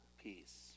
peace